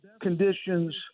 conditions